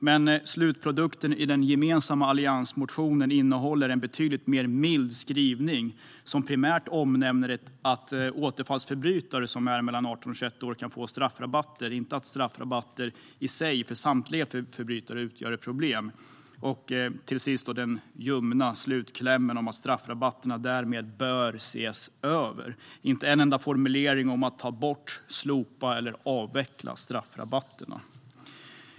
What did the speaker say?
Men slutprodukten i den gemensamma alliansmotionen innehåller en betydligt mildare skrivning, som primärt omnämner att återfallsförbrytare som är mellan 18 och 21 år kan få straffrabatter, inte att straffrabatter för samtliga förbrytare i sig utgör ett problem. Och till sist finns den ljumna slutklämmen att straffrabatterna därmed bör ses över. Där finns inte en enda formulering om ta bort, slopa eller avveckla straffrabatterna.